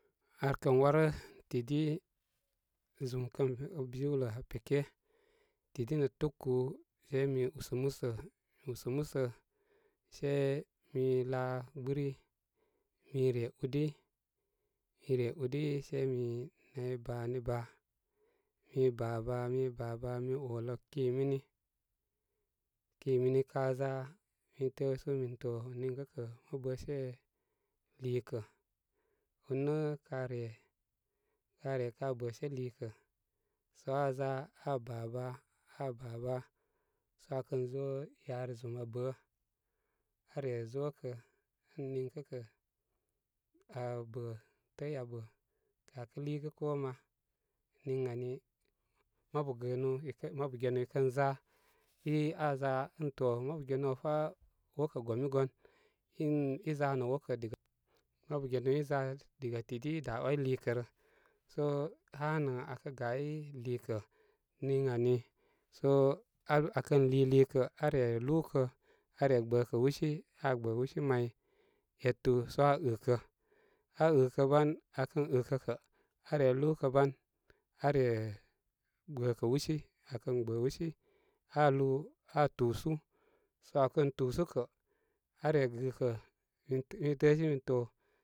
Ar kən warə didi zum kən jiwlə aa peke, tidi nə tukú se mi usə musə-mi úsə musə se mi laa gbɨri, mi re údi-mi re udisei mi baanu baa mi bá baa, mi ba baa mi olu ki mini ki mini ka za mi təəsu min to niŋkə kə mə bə se liikə ur nə ka re-ka re ka bəse liikə sə aa za aa ba baa, aa ba baa sə aa kən zo yarə zum aa bə aa re zo kə ən niŋkə kə abə təy aa bə kə aa kə liigə koo ma niŋ ani, mabu gəənu i kən, mabu genu i kən za i aaza ən to mabu genu áwfa wokə gomi gon in, i za nə wokə diga, mabu genu iza diga tidi i da way liikə rə so hanə aa kə gay lika niŋ ani sə aa kən lii liikə aa re lúúkə aa re gbəkə wúsi, aa gbə wúsi may, etu so aa ɨkə, aa ɨkə ban aa kən ɨkə kə, aa re lúú kə ban aa re gbəkə wúsi, aa kən gbə wúsi aa lúú aa túsu sə aa kən túsú kə are gɨkə, min təəsi min to.